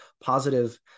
positive